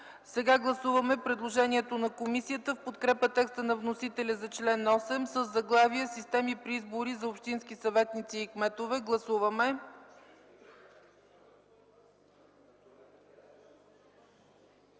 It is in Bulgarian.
Гласуваме предложението на комисията в подкрепа текста на вносителя за чл. 8 със заглавие „Системи при избори за общински съветници и кметове”. Гласували